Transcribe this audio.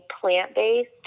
plant-based